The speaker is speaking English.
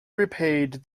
repaid